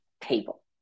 table